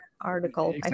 article